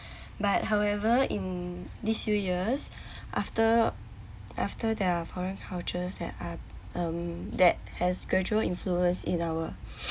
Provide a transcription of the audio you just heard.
but however in these few years after after there are foreign cultures that are um that has gradual influence in our